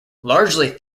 largely